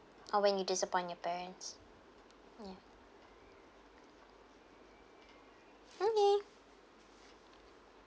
or when you disappoint your parents ya okay